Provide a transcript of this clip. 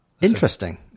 Interesting